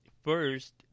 First